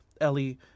Ellie